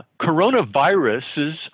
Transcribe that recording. coronaviruses